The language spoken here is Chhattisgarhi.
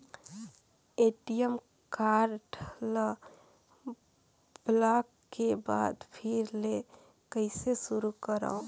ए.टी.एम कारड ल ब्लाक के बाद फिर ले कइसे शुरू करव?